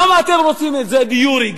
למה אתם רוצים את זה גם דה-יורה?